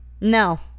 No